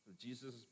Jesus